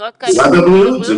משרד הבריאות.